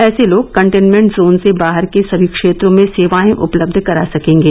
ऐसे लोग containment zone से बाहर के सभी क्षेत्रों में सेवाएं उपलब्ध करा सकंगे